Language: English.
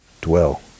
Dwell